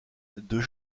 deux